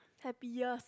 happiest